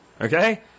Okay